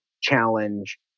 challenge